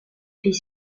fait